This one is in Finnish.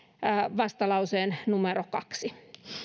vastalauseen numero kaksi